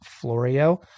Florio